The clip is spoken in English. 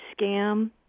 scam